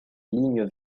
lignes